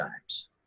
times